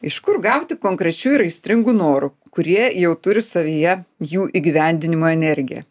iš kur gauti konkrečių ir aistringų norų kurie jau turi savyje jų įgyvendinimo energiją